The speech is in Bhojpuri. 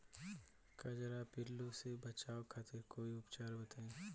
कजरा पिल्लू से बचाव खातिर कोई उपचार बताई?